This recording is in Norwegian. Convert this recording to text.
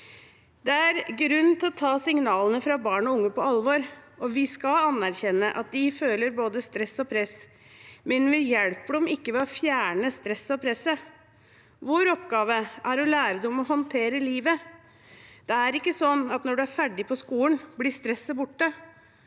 Det er grunn til å ta signalene fra barn og unge på alvor, og vi skal anerkjenne at de føler både stress og press, men vi hjelper dem ikke ved å fjerne stresset og presset. Vår oppgave er å lære dem å håndtere livet. Det er ikke slik at når man er ferdig på skolen, blir stresset borte.